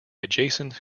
adjacent